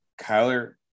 Kyler